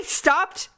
stopped